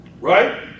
Right